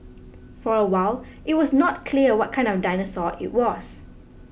for a while it was not clear what kind of dinosaur it was